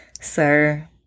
Sir